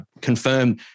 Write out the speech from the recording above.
confirm